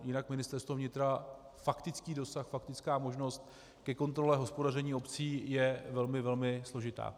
Jinak pro Ministerstvo vnitra faktický dosah, faktická možnost ke kontrole hospodaření obcí, je velmi složitá.